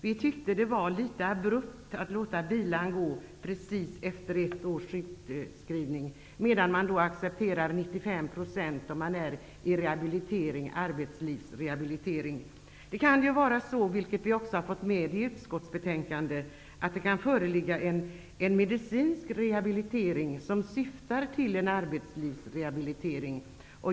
Vi tyckte att det var litet abrupt att låta bilan falla precis efter ett års sjukskrivning, medan 95 % accepteras om man är föremål för arbetslivsrehabilitering. Det kan ju också föreligga, vilket vi fått med i utskottsbetänkandet, en medicinsk rehabilitering som syftar till en arbetslivsrehabilitering.